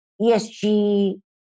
ESG